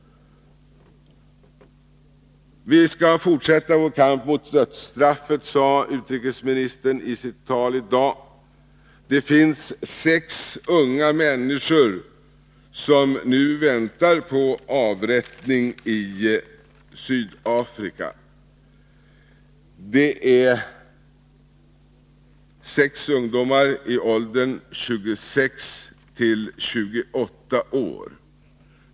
Vi skall fortsätta vår kamp mot dödsstraffet, sade utrikesministern i sitt tal i dag. Det finns sex unga människor i åldern 23-28 år som nu väntar på avrättning i Sydafrika.